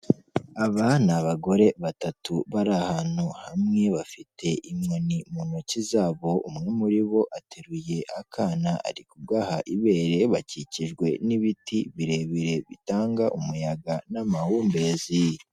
Aba ni abagore batatu bari ahantu hamwe, bafite inkoni mu ntoki zabo. Umwe muri bo ateruye akana, ari kugaha ibere. Bakikijwe n'ibiti birebire bitanga umuyaga n'amahumbezi.